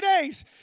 days